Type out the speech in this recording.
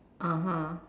(uh huh)